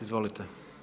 Izvolite.